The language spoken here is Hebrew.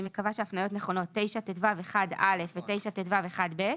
בסעיף 9טו1(א) ו-9טו1(ב).